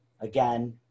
again